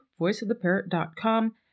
voiceoftheparrot.com